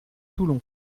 toulon